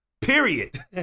period